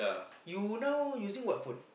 you now using what phone